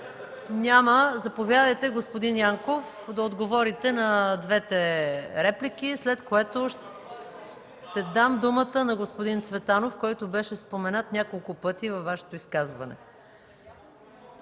Няма. Заповядайте, господин Янков, да отговорите на двете реплики, след което ще дам думата на господин Цветанов, който беше споменат няколко пъти във Вашето изказване.